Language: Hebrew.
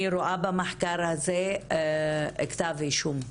אני רואה במחקר הזה כתב אישום.